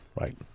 right